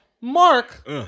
Mark